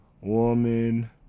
woman